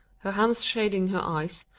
her hands shading her eyes,